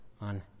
on